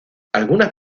algunas